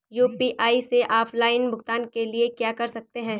UPI से offline भुगतान के लिए क्या कर सकते हैं?